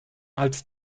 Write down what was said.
als